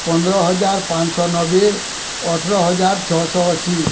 ପନ୍ଦର ହଜାର ପାଞ୍ଚଶହ ନବେ ଅଠର୍ ହଜାର୍ ଛଅ ଶହ ଅଶୀ